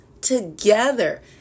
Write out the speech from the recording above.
together